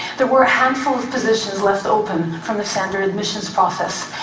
there were a handful of positions left open from the standard admissions process,